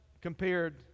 compared